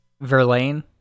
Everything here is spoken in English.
Verlaine